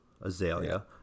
Azalea